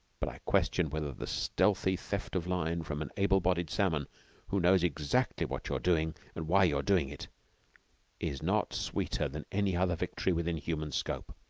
but i question whether the stealthy theft of line from an able-bodied salmon who knows exactly what you are doing and why you are doing it is not sweeter than any other victory within human scope.